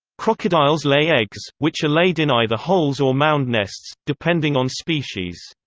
crocodiles lay eggs, which are laid in either holes or mound nests, depending on species.